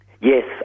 Yes